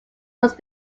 must